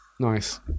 Nice